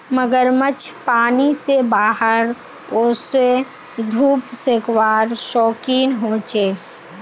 मगरमच्छ पानी से बाहर वोसे धुप सेकवार शौक़ीन होचे